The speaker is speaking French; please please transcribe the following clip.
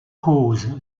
cause